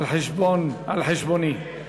על חשבוני.